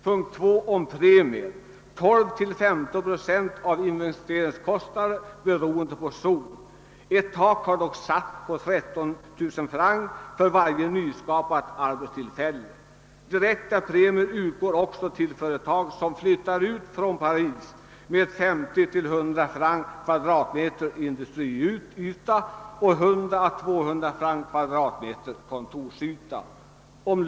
Premier lämnas med 12—135 procent av investeringskostnaderna, beroende på zon. Ett tak har dock satts vid 13 000 francs för varje nyskapat arbetstillfälle. Direkta premier till företag som flyttar ut från Paris utgår med 50—100 francs per kvadratmeter industriyta och 100— 200 francs per kvadratmeter kontorsyta.